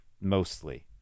mostly